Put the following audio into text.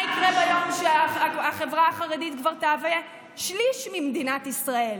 מה יקרה ביום שהחברה החרדית כבר תהווה שליש ממדינת ישראל?